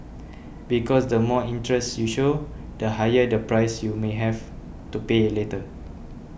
because the more interest you show the higher the price you may have to pay a later